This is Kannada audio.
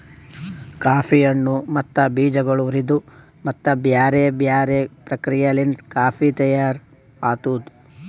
ಕಾಫಿ ಹಣ್ಣು ಮತ್ತ ಬೀಜಗೊಳ್ ಹುರಿದು ಮತ್ತ ಬ್ಯಾರೆ ಬ್ಯಾರೆ ಪ್ರಕ್ರಿಯೆಲಿಂತ್ ಕಾಫಿ ತೈಯಾರ್ ಆತ್ತುದ್